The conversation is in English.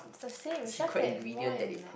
the same is just that more in like